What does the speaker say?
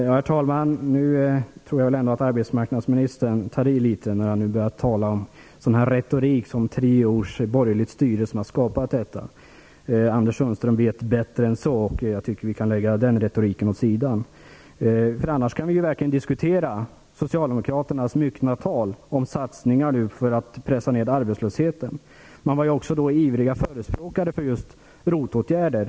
Herr talman! Nu tror jag väl ändå att arbetsmarknadsministern tar i litet när han talar så retoriskt om tre års borgerligt styre som skapat detta. Arbetsmarknadsminister Anders Sundström vet bättre än så. Den retoriken kan vi lägga åt sidan. Annars kan vi verkligen diskutera socialdemokraternas stora tal om satsningar för att pressa ned arbetslösheten. Socialdemokraterna var ju också ivriga förespråkare för just ROT-åtgärder.